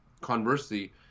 conversely